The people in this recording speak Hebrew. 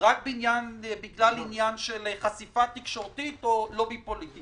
רק בגלל עניין של חשיפה תקשורתית או לובי פוליטי.